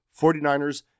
49ers